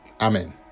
Amen